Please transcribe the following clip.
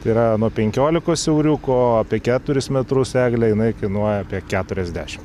tai yra nuo penkiolikos euriukų o apie keturis metrus eglė jinai kainuoja apie keturiasdešim